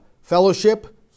Fellowship